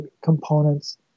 components